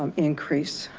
um increase.